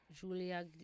Julia